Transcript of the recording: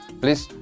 please